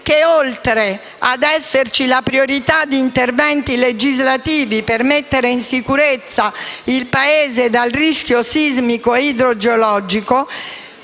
oltre a esservi la priorità di interventi legislativi per mettere in sicurezza il Paese dal rischio sismico e idrogeologico